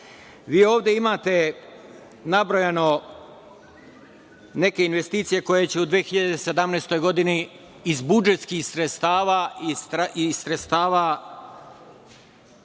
Ovde imate nabrojane neke investicije koje će u 2017. godini iz budžetskih sredstava